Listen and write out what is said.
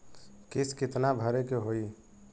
किस्त कितना भरे के होइ?